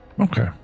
okay